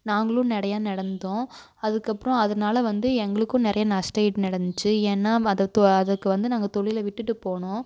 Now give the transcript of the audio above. நாங்களும் நடையாக நடந்தோம் அதுக்கப்புறம் அதனால வந்து எங்களுக்கும் நிறையா நஷ்டஈடு நடந்துச்சு ஏன்னால் அதைத் து அதுக்கு வந்து நாங்கள் தொழில விட்டுவிட்டு போனோம்